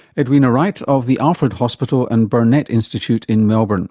edwina wright, of the alfred hospital and burnet institute in melbourne